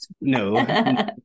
No